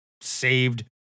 saved